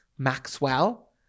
Maxwell